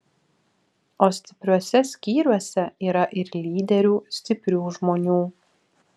o stipriuose skyriuose yra ir lyderių stiprių žmonių